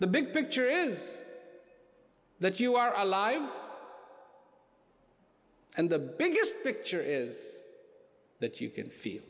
the big picture is that you are alive and the biggest picture is that you can feel